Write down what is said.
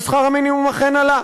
ושכר המינימום אכן עלה.